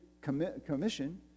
commission